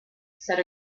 said